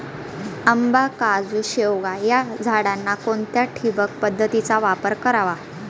आंबा, काजू, शेवगा या झाडांना कोणत्या ठिबक पद्धतीचा वापर करावा?